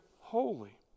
holy